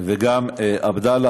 וגם עבדאללה,